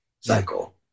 cycle